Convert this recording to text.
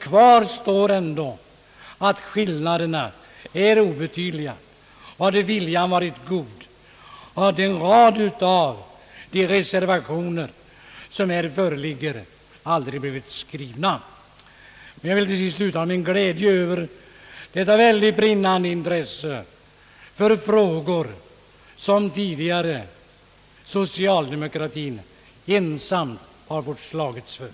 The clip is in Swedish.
Kvar står dock att skillnaderna är obetydliga, att viljan är god och att en rad av de reservationer som här föreligger aldrig borde ha blivit skrivna. Jag vill till sist uttrycka min glädje över det brinnande intresse som nu visas frågor som socialdemokratin tidigare ensam har fått slåss för.